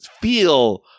feel